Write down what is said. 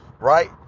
right